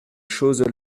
choses